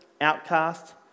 outcast